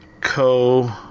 Co